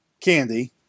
Candy